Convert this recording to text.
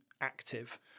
active